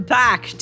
back